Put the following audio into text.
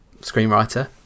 screenwriter